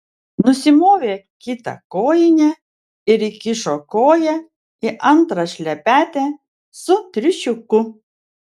nusimovė kitą kojinę ir įkišo koją į antrą šlepetę su triušiuku